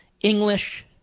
English